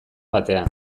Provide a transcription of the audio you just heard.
batean